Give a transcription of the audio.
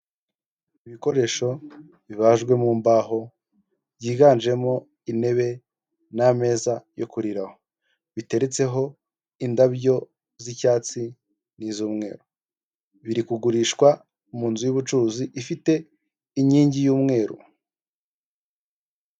Ibikoresho bibajwe mu mbaho byiganjemo intebe n'ameza yo kuriraraho, biteretseho indabyo z'icyatsi n'izu'mwe biri kugurishwa mu nzu y'ubucuruzi ifite inkingi y'umweru.